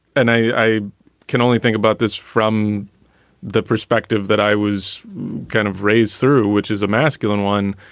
and i can only think about this from the perspective that i was kind of raised through, which is a masculine one.